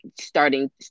starting